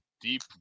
deep